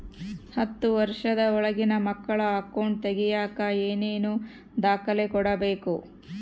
ಹತ್ತುವಷ೯ದ ಒಳಗಿನ ಮಕ್ಕಳ ಅಕೌಂಟ್ ತಗಿಯಾಕ ಏನೇನು ದಾಖಲೆ ಕೊಡಬೇಕು?